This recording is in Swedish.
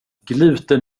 gluten